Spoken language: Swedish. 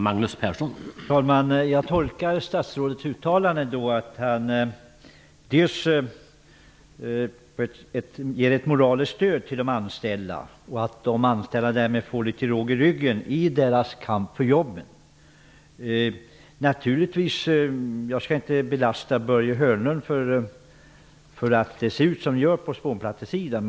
Herr talman! Jag tolkar statsrådets uttalanden som att han ger ett moraliskt stöd till de anställda. De anställda får därmed litet råg i ryggen i sin kamp för jobben. Jag skall inte lasta Börje Hörnlund för att det ser ut som det gör på spånplattesidan.